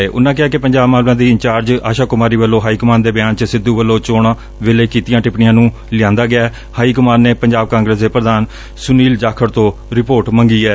ਉਨ੍ਪਾਂ ਕਿਹਾ ਕਿ ਪੰਜਾਬ ਮਾਮਲਿਆਂ ਦੀ ਇੰਚਾਰਜ ਆਸ਼ਾ ਕੁਮਾਰੀ ਵੱਲੋਂ ਹਾਈ ਕਮਾਨ ਦੇ ਧਿਆਨ ਚ ਸਿੱਧੂ ਵੱਲੋਂ ਚੋਣਾਂ ਵੇਲੇ ਕੀਤੀਆਂ ਟਿਪਣੀਆਂ ਨੂੰ ਲਿਆਂਦਾ ਗਿਆ ਹਾਈਕਮਾਨ ਨੇ ਪੰਜਾਬ ਕਾਂਗਰਸ ਦੇ ਪ੍ਰਧਾਨ ਸੁਨੀਲ ਜਾਖੜ ਤੋਂ ਰਿਪੋਰਟ ਮੰਗੀ ਐ